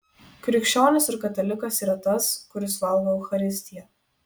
krikščionis ir katalikas yra tas kuris valgo eucharistiją